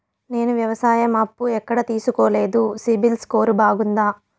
నేను వ్యవసాయం అప్పు ఎక్కడ తీసుకోలేదు, సిబిల్ స్కోరు బాగుందా?